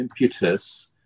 impetus